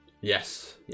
yes